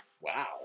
Wow